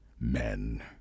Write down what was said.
men